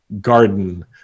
garden